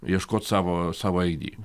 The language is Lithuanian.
ieškot savo savo id